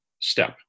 step